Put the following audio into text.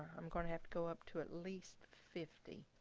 i'm going to have to go up to at least fifty